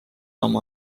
oma